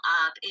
up